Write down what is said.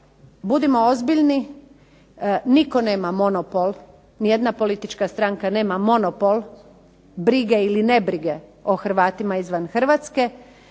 Budimo ozbiljni, nitko nema monopol, nijedna politička stranka nema monopol, brige ili nebrige o Hrvatima izvan Hrvatske.